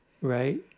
Right